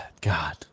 God